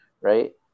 right